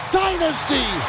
dynasty